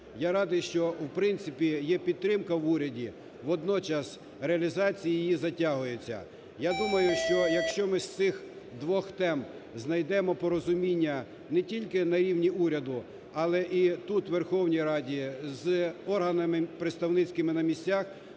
Я радий, що в принципі є підтримка в уряді, водночас реалізація її затягується. Я думаю, що якщо ми з цих двох тем знайдемо порозуміння не тільки на рівні уряду, але тут, у Верховній Раді, з органами представницькими на місцях,